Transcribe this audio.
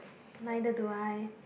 neither do I